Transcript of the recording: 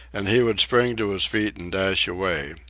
and he would spring to his feet and dash away,